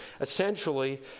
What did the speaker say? essentially